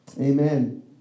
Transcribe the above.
Amen